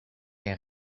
est